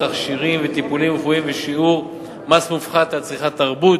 תכשירים וטיפולים רפואיים ושיעור מס מופחת על צריכת תרבות,